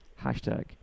Hashtag